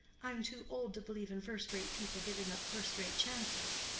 i'm too old to believe in first-rate people giving up first-rate chances.